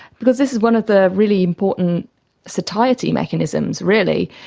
because this is one of the really important satiety mechanisms really,